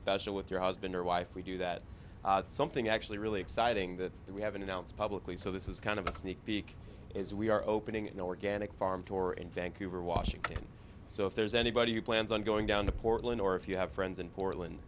special with your husband or wife we do that something actually really exciting that we haven't announced publicly so this is kind of a sneak peek is we are opening an organic farm door in vancouver washington so if there's anybody who plans on going down the portland or if you have friends in portland